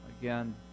again